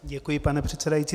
Děkuji, pane předsedající.